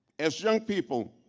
as young people,